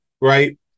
right